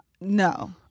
No